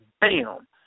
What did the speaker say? bam